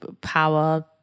power